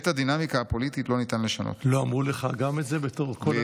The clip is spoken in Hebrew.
לא אמרו לך גם את זה בתור "כל הח"כים הדתיים"?